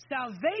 Salvation